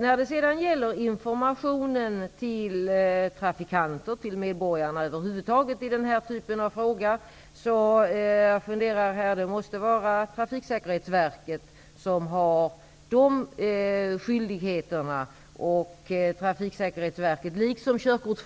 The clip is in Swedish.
Lämnandet av information till trafikanterna och till medborgarna över huvud taget i denna typ av frågor måste vara en skyldighet som